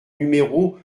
numéro